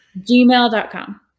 Gmail.com